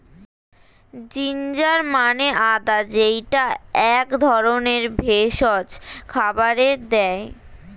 ginger মানে আদা যেইটা এক ধরনের ভেষজ খাবারে দেয়